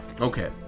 Okay